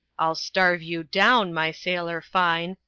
i'll starve you down, my sailor fine,